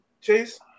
Chase